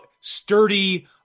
sturdy